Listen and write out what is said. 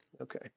Okay